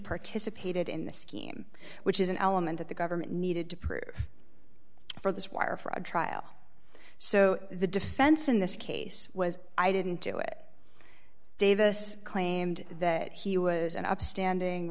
participated in the scheme which is an element that the government needed to prove for this wire fraud trial so the defense in this case was i didn't do it davis claimed that he was an upstanding